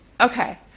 Okay